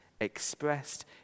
expressed